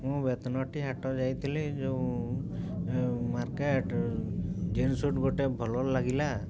ମୁଁ ବେତନଟି ହାଟ ଯାଇଥିଲି ଯୋଉ ମାର୍କେଟ୍ ଜିନ୍ସ ସୁଟ୍ ଗୋଟେ ଭଲ ଲାଗିଲା